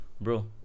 bro